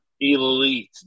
elite